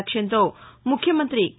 లక్ష్యంతో ముఖ్యమంత్రి కే